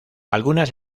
algunas